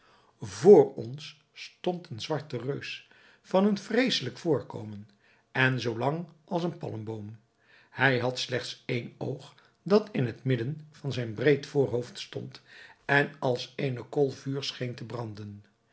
vr ons stond een zwarte reus van een vreeselijk voorkomen en zoo lang als een palmboom hij had slechts één oog dat in het midden van zijn breed voorhoofd stond en als eene kool vuurs scheen te branden